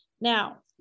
Now